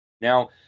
now